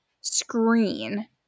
screen